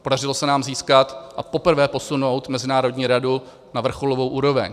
Podařilo se nám získat a poprvé posunout mezinárodní radu na vrcholovou úroveň.